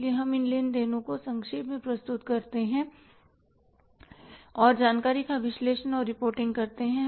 इसलिए हम इन लेन देन को संक्षेप में प्रस्तुत करते हैं और जानकारी का विश्लेषण और रिपोर्टिंग करते हैं